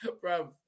Bro